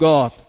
God